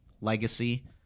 legacy